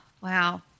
Wow